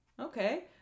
okay